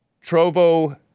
Trovo